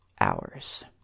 hours